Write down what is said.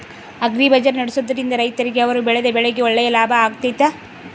Agri bazaar ನಡೆಸ್ದೊರಿಂದ ರೈತರಿಗೆ ಅವರು ಬೆಳೆದ ಬೆಳೆಗೆ ಒಳ್ಳೆ ಲಾಭ ಆಗ್ತೈತಾ?